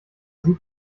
sieht